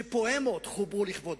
שפואמות חוברו לכבודו,